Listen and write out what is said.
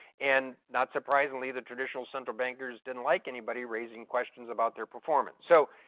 and not surprisingly the traditional central bankers didn't like anybody raising questions about their performance. so